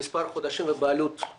החוק קבע שלושה חודשים.